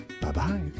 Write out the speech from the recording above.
Bye-bye